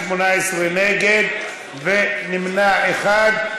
18 נגד ונמנע אחד,